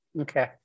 okay